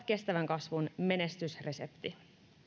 kestävän kasvun menestysresepti